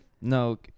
No